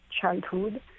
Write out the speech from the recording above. childhood